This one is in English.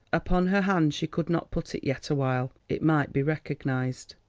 upon her hand she could not put it yet awhile it might be recognised.